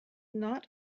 not